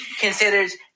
considers